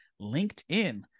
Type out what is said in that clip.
LinkedIn